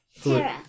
Tara